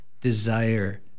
desire